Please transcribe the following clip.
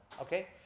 Okay